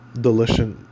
delicious